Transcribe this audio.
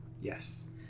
yes